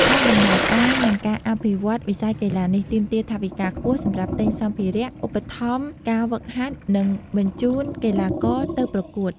ការដំណើរការ និងការអភិវឌ្ឍន៍វិស័យកីឡានេះ ទាមទារថវិកាខ្ពស់សម្រាប់ទិញសម្ភារៈ ឧបត្ថម្ភការហ្វឹកហាត់ និងបញ្ជូនកីឡាករទៅប្រកួត។